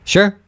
Sure